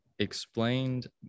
explained